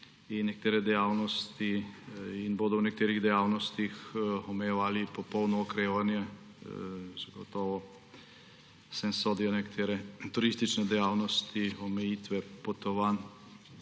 še vedno prisotni in bodo v nekaterih dejavnostih omejevali popolno okrevanje. Zagotovo sem sodijo nekatere turistične dejavnosti. Omejitvam potovanj